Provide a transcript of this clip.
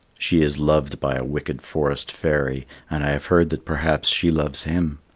she is loved by a wicked forest fairy and i have heard that perhaps she loves him.